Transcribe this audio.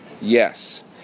Yes